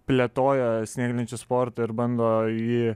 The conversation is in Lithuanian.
plėtoja snieglenčių sportą ir bando jį